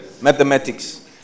Mathematics